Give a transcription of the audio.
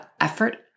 effort